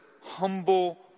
humble